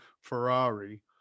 Ferrari